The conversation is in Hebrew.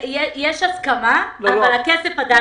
יש הסכמה, אבל הכסף עדיין לא עבר.